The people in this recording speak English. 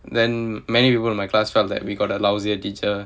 then many people in my class felt that we got the lousier teacher